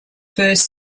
first